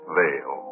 veil